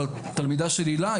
אבל תלמידה של היל"ה,